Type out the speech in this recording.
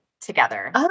together